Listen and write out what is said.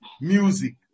music